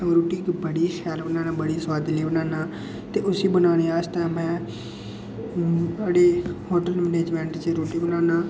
रुट्टी बड़ी शैल बनाना बड़ी सोआदली बनान्नां ते उसी बनाने आस्तै में होटल मेनैजमेंट च रुट्टी बनाना